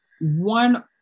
one